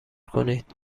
کنید